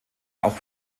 auch